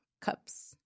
Cups